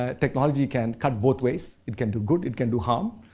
ah technology can cut both ways. it can do good, it can do harm.